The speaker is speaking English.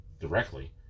directly